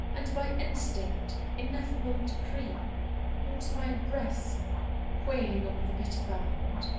and by instinct ineffable decree holds my breath quailing on the bitter bound?